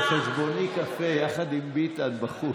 על חשבוני קפה יחד עם ביטן בחוץ.